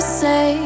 say